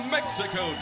Mexico